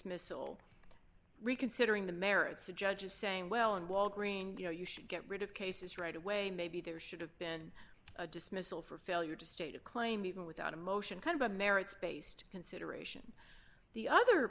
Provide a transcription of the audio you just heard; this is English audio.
dismissal reconsidering the merits of judges saying well and walgreen you know you should get rid of cases right away maybe there should have been a dismissal for failure to state a claim even without a motion kind of a merits based consideration the other